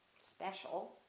special